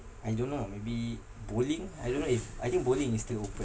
I don't know ah maybe bowling I don't know if I think bowling is still open